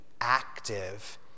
active